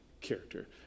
character